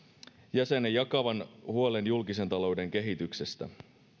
jäsenen jakavan huolen julkisen talouden kehityksestä